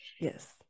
Yes